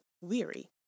weary